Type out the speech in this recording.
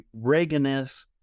Reaganist